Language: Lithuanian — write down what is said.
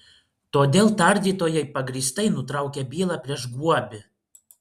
todėl tardytojai pagrįstai nutraukė bylą prieš guobį